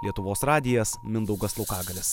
lietuvos radijas mindaugas laukagalis